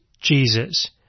Jesus